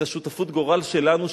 את שותפות הגורל שלנו,